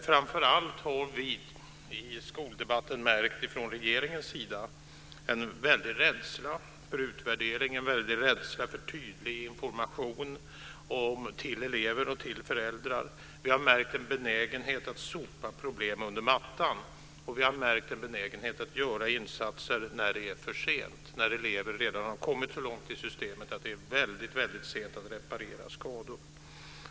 Framför allt har vi i skoldebatten märkt en väldig rädsla från regeringens sida för utvärdering, en väldig rädsla för tydlig information till elever och föräldrar. Vi har märkt en benägenhet att sopa problem under mattan. Vi har märkt en benägenhet att göra insatser när det är för sent, när elever redan har kommit så långt i systemet att det är väldigt sent att reparera skador.